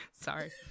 Sorry